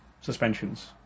suspensions